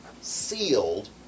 sealed